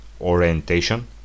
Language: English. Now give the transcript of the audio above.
orientation